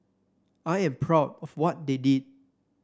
I am proud of what they did